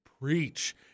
Preach